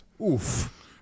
Oof